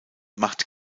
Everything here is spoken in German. macht